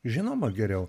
žinoma geriau